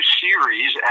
series